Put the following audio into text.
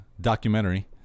documentary